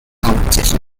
competition